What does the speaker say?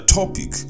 topic